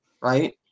Right